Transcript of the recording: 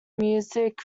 music